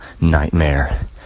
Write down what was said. nightmare